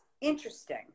interesting